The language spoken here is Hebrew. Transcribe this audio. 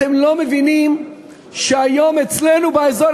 אתם לא מבינים שהיום אצלנו באזור,